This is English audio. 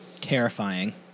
Terrifying